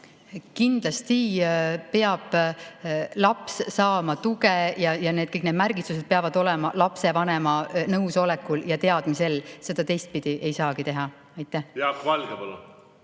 Kindlasti peab laps saama tuge ja kõik need märgistused peavad olema lapsevanema nõusolekul ja teadmisel. Seda teistpidi ei saagi teha. Jaak Valge, palun!